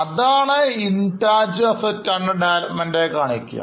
അതാണ് intangible assets under developmentആയി കാണിക്കുക